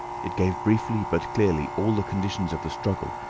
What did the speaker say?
it gave briefly but clearly all the conditions of the struggle,